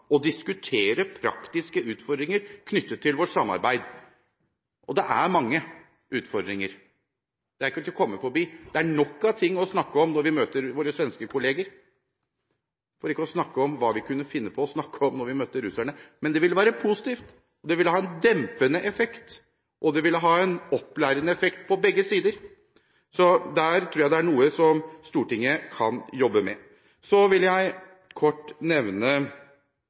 praktiske utfordringer knyttet til vårt samarbeid. Og det er mange utfordringer, det er ikke til å komme forbi. Det er nok av ting å snakke om når vi møter våre svenske kolleger, for ikke å snakke om hva vi kunne finne på å snakke om hvis vi møtte russerne. Men det ville vært positivt. Det ville hatt en dempende og opplærende effekt på begge sider. Der tror jeg det er noe som Stortinget kan jobbe med. Så vil jeg kort nevne